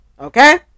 okay